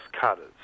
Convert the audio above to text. cutters